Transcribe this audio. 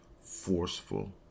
forceful